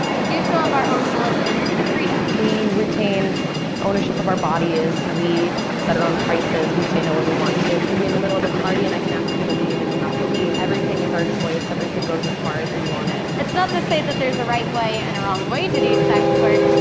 do so of our own volition and freedom. we retain ownership of our bodies. we set our own prices. we say no when we want to. we can be in the middle of a party and i can ask you to leave, and you have to leave. everything is our choice. everything goes as far as we want it. it's not to say that there's a right way and a wrong way to do sex work,